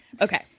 Okay